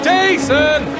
Jason